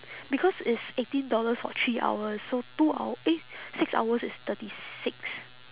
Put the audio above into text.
because it's eighteen dollars for three hours so two hou~ eh six hours is thirty six